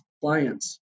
clients